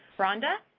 rhonda?